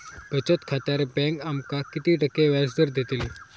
बचत खात्यार बँक आमका किती टक्के व्याजदर देतली?